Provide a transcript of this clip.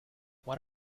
what